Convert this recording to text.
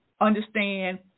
understand